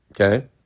okay